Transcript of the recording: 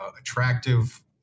attractive